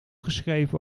geschreven